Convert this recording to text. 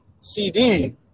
cd